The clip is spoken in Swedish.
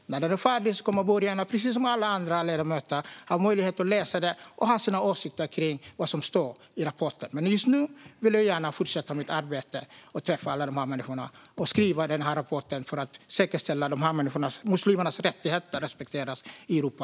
När den är klar kommer Boriana precis som alla andra ledamöter ha möjlighet att läsa den och ha åsikter om vad som står i den. Men just nu vill jag gärna fortsätta med mitt arbete, träffa alla dessa människor och skriva rapporten för att säkerställa att muslimers rättigheter respekteras i Europa.